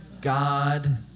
God